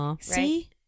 see